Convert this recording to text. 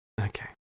Okay